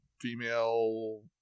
female